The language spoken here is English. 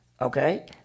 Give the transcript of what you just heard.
Okay